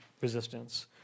resistance